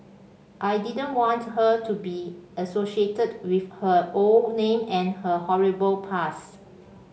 I didn't want her to be associated with her old name and her horrible past